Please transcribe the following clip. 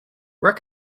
where